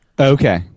Okay